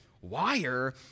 wire